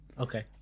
Okay